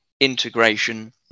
integration